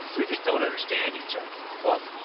we just don't understand each other. well,